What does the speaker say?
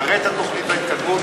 יראה את התוכנית ואת ההתקדמות.